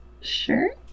sure